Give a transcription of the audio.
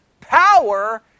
power